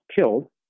killed